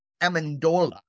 Amendola